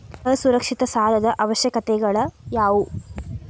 ಅಸುರಕ್ಷಿತ ಸಾಲದ ಅವಶ್ಯಕತೆಗಳ ಯಾವು